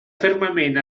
fermament